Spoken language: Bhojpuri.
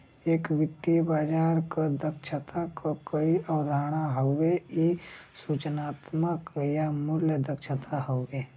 एक वित्तीय बाजार क दक्षता क कई अवधारणा हउवे इ सूचनात्मक या मूल्य दक्षता हउवे